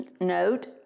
note